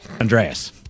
Andreas